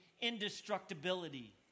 indestructibility